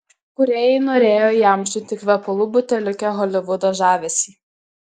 kūrėjai norėjo įamžinti kvepalų buteliuke holivudo žavesį